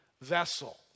vessel